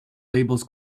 labels